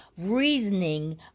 reasoning